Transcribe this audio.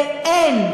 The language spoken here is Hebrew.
ואין,